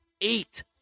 eight